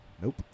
nope